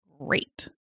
Great